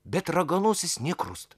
bet raganosis nė krust